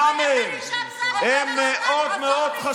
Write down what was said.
37 מהם הם חשובים מאוד מאוד.